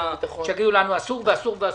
שיאמרו לנו אסור ואסור ואסור.